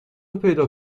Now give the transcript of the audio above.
پیدا